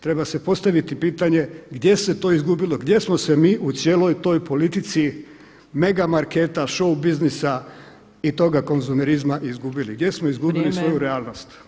Treba se postaviti pitanje gdje se to izgubilo, gdje smo se mi u cijeloj toj politici mega marketa, showu biznisa i toga konzumerizma izgubili, gdje smo izgubili svoju realnost?